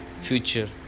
future